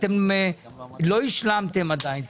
אתם לא השלמתם עדיין.